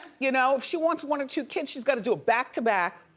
you know if she wants one or two kids, she's gotta do a back-to-back,